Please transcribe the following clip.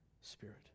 spirit